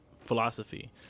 philosophy